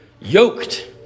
yoked